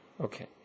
Okay